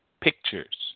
pictures